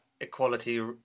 equality